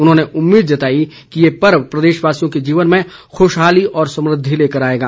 उन्होंने उम्मीद जताई कि ये पर्व प्रदेशवासियों के जीवन में खुशहाली और समृद्धि लेकर आएगा